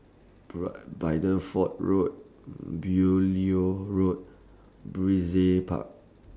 Bideford Road Beaulieu Road Brizay Park